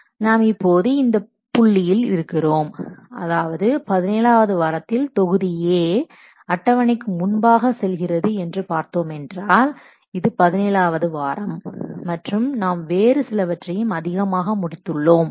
நாம் இப்போது இந்த புள்ளியில் இருக்கிறோம் அதாவது 17வது வாரத்தில் தொகுதி A அட்டவணைக்கு முன்பாக செல்கிறது என்று பார்த்தோமென்றால் இது 17வது வாரம் மற்றும் நாம் வேறு சிலவற்றையும் அதிகமாக முடித்துள்ளோம்